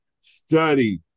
Study